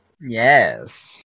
Yes